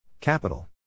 Capital